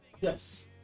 Yes